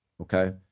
okay